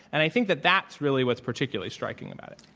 and i think that that's really what's particularly striking about it.